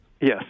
Yes